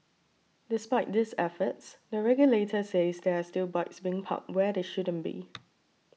despite these efforts the regulator says there are still bikes being parked where they shouldn't be